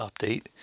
update